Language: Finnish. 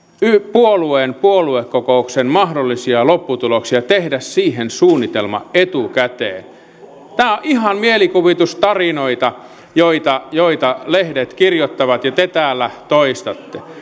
puolueen puoluekokouksen mahdollisia lopputuloksia ja tehdä siihen suunnitelma etukäteen nämä ovat ihan mielikuvitustarinoita joita joita lehdet kirjoittavat ja te täällä toistatte